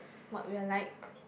what we are like